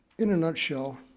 in a nutshell,